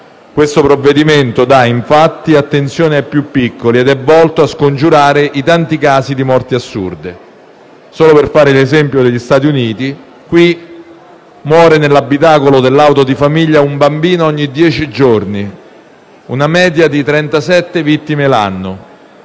Questo provvedimento dà infatti attenzione ai più piccoli ed è volto a scongiurare i tanti casi di morti assurde. Solo per fare l'esempio degli Stati Uniti, qui muore nell'abitacolo dell'auto di famiglia un bambino ogni dieci giorni, con una media di 37 vittime l'anno.